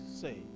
say